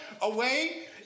away